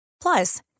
Plus